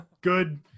good